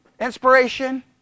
inspiration